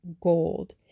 gold